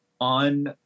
on